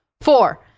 Four